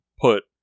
put